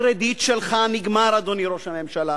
הקרדיט שלך נגמר, אדוני ראש הממשלה.